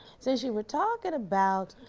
since you were talking about